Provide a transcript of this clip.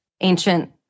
ancient